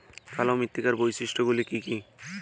কালো মৃত্তিকার বৈশিষ্ট্য গুলি কি কি?